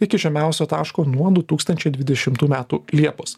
iki žemiausio taško nuo du tūkstančiai dvidešimtų metų liepos